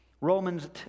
Romans